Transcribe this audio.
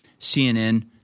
CNN